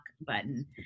button